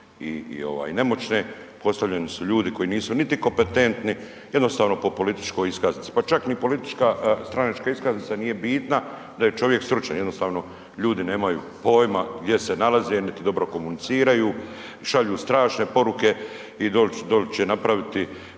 nemoćne, postavljeni su ljudi koji nisu niti kopetentni, jednostavno po političkoj iskaznici. Pa čak ni politička stranačka iskaznica nije bitna da je čovjek stručan, jednostavno ljudi nemaju pojma gdje se nalaze, niti dobro komuniciraju, šalju strašne poruke i doli će, doli